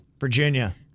Virginia